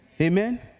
Amen